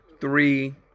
three